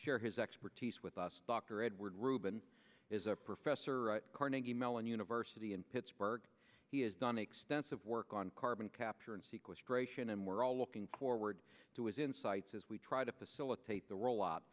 share his expertise with us dr edward reuben is a professor at carnegie mellon university in pittsburgh he has done extensive work on carbon capture and sequestration and we're all looking forward to his insights as we try to facilitate the rol